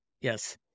Yes